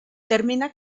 termina